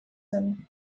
zen